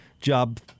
job